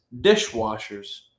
Dishwashers